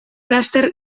laster